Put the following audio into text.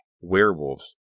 Werewolves